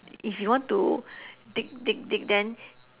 if you want to dig dig dig then